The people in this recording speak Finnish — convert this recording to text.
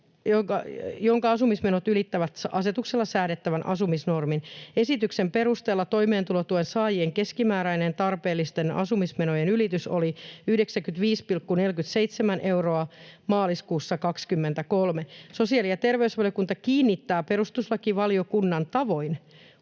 jonka asumismenot ylittävät asetuksella säädettävän asumisnormin. Esityksen perusteella toimeentulotuen saajien keskimääräinen tarpeellisten asumismenojen ylitys oli 95,47 euroa maaliskuussa 23. Sosiaali- ja terveysvaliokunta kiinnittää perustuslakivaliokunnan tavoin